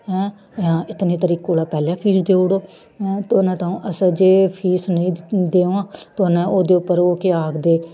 ऐ इतने तरीके कोला पैह्ले फीस देई ओड़ो ते इ'नें त'ऊं असें जे फीस नेईं देवां ते उ'नें ओह्दे उप्पर ओह् केह् आखदे